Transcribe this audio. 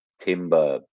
timber